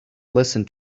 listen